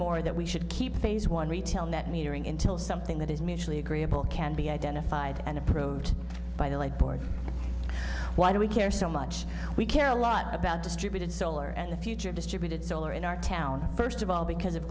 more that we should keep phase one retail net metering until something that is mutually agreeable can be identified and approved by the white board why do we care so much we care a lot about distributed solar and the future distributed solar in our town first of all because of